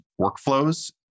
workflows